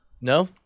No